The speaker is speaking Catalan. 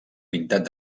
pintat